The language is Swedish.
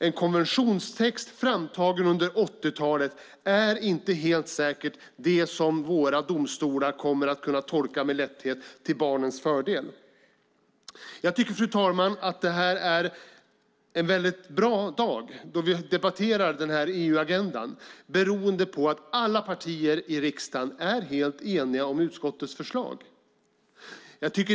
En konventionstext framtagen under 80-talet är inte helt säkert något som våra domstolar kommer att kunna tolka med lätthet till barnens fördel. Jag tycker, fru talman, att det är en väldigt bra dag i dag då vi debatterar den här EU-agendan, beroende på att alla partier i riksdagen är helt eniga om utskottets utlåtande.